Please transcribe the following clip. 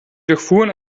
durchfuhren